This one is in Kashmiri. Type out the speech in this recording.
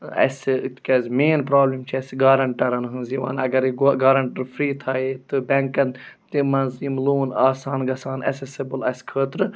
اَسہِ تِکیٛازِ مین پرٛابلِم چھِ اَسہِ گارَنٹرَن ہٕنٛز یِوان اگرَے گۄ گارَنٹَر فرٛی تھاوِہے تہٕ بٮ۪نٛکَن تہِ منٛز یِم لون آسان گژھان اٮ۪سٮ۪سیبٕل اَسہِ خٲطرٕ